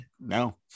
No